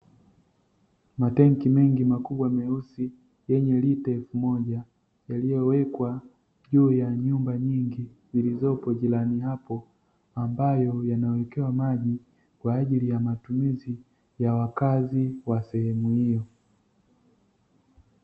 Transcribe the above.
Matenki mengi makubwa meusi yenye lita elfu moja, yaliyowekwa juu ya nyumba nyingi zilizopo jirani hapo ambayo yanawekewa maji kwa ajili ya matumizi ya wakazi wa sehemu hiyo.